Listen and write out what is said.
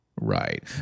right